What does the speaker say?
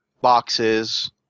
boxes